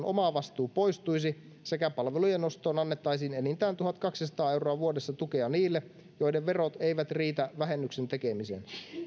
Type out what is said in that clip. omavastuu poistuisi sekä palvelujen ostoon annettaisiin enintään tuhatkaksisataa euroa vuodessa tukea niille joiden verot eivät riitä vähennyksen tekemiseen